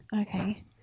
Okay